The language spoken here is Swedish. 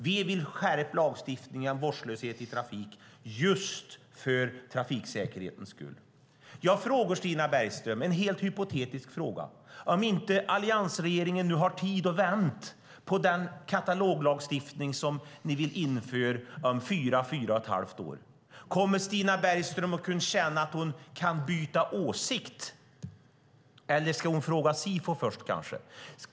Vi vill skärpa lagstiftningen beträffande vårdslöshet i trafiken just för trafiksäkerhetens skull. Låt mig ställa en helt hypotetisk fråga till Stina Bergström. Om Alliansregeringen inte har tid att vänta på den kataloglagstiftning som oppositionen vill införa om fyra till fyra och ett halvt år, kommer Stina Bergström att kunna ändra åsikt eller ska hon kanske först fråga Sifo?